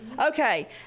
Okay